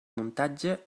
muntatge